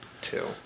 two